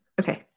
Okay